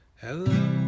Hello